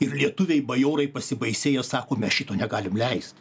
ir lietuviai bajorai pasibaisėjo sako mes šito negalim leist